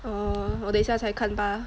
err 我等一下才看吧